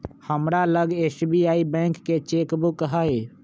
हमरा लग SBI bank के चेक बुक हइ